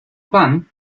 pan